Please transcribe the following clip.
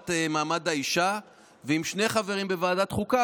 למעמד האישה ועם שני חברים בוועדת חוקה,